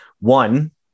one